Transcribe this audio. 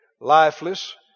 lifeless